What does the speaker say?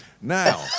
Now